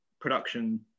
production